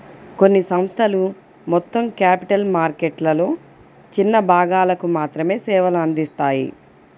కొన్ని సంస్థలు మొత్తం క్యాపిటల్ మార్కెట్లలో చిన్న భాగాలకు మాత్రమే సేవలు అందిత్తాయి